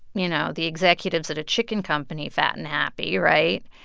you know, the executives at a chicken company fat and happy right?